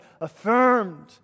affirmed